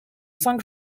cinq